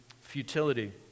futility